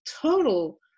total